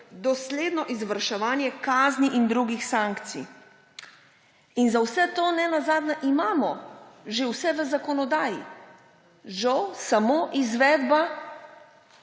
dosledno izvrševanje kazni in drugih sankcij. In za vse to nenazadnje imamo že vse v zakonodaji. Žal samo izvedba